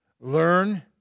learn